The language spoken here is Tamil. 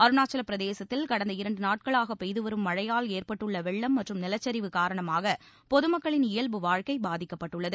அருணாச்சலப்பிரதேசத்தில் கடந்த இரண்டு நாட்களாக பெய்து வரும் மழையால் ஏற்பட்டுள்ள வெள்ளம் மற்றும் நிலச்சரிவு காரணமாக பொதுமக்களின் இயல்பு வாழ்க்கை பாதிக்கப்பட்டுள்ளது